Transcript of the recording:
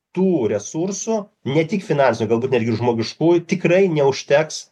tų resursų ne tik finansų galbūt netgi žmogiškųjų tikrai neužteks